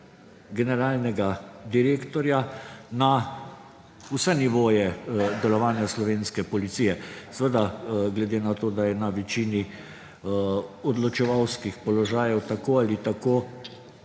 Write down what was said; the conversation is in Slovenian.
generalnega direktorja na vse nivoje delovanja slovenske policije. Seveda glede na to, da je na večini odločevalskih položajev tako ali tako